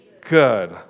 Good